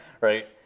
Right